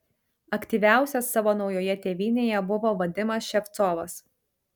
aktyviausias savo naujoje tėvynėje buvo vadimas ševcovas